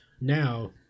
Now